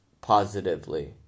positively